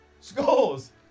scores